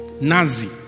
Nazi